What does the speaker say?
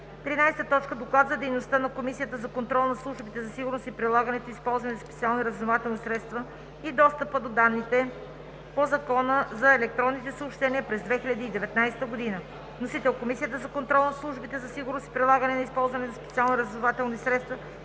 13. Доклад за дейността на Комисията за контрол над службите за сигурност, прилагането и използването на специалните разузнавателни средства и достъпа до данните по Закона за електронните съобщения през 2019 г. Вносител – Комисията за контрол над службите за сигурност, прилагането и използването на специалните разузнавателни средства